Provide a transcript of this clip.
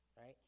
right